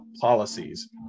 policies